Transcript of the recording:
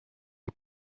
die